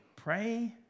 Pray